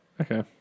Okay